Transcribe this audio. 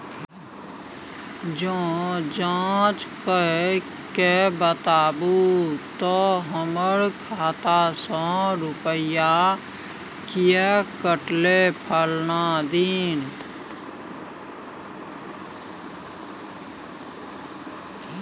ज जॉंच कअ के बताबू त हमर खाता से रुपिया किये कटले फलना दिन?